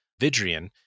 vidrian